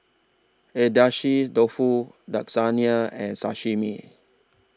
Agedashi Dofu Lasagne and Sashimi